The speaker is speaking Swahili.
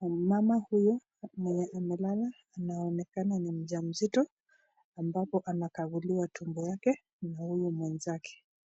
Mama huyu mwenye analala anaonekana ni mjamzito ambapo anakaguliwa tumbo yake na huyu mwenzake.